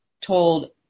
told